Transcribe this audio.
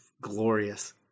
glorious